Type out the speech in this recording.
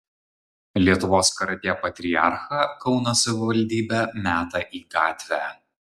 lietuvos karatė patriarchą kauno savivaldybė meta į gatvę